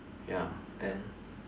ya then